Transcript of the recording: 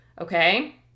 Okay